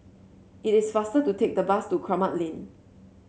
it is faster to take the bus to Kramat Lane